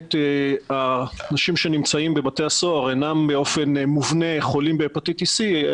באמת האנשים שנמצאים בבתי הסוהר אינם באופן מובנה חולים בהפטיטיס סי,